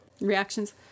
reactions